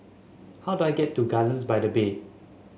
how do I get to Gardens by the Bay